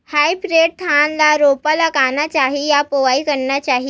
Hybrid धान ल रोपा लगाना चाही या बोआई करना चाही?